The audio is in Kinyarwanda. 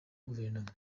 guverinoma